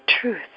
truth